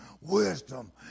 wisdom